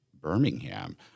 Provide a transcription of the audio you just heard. Birmingham